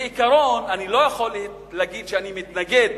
בעיקרון אני לא יכול להגיד שאני מתנגד